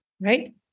right